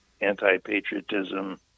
anti-patriotism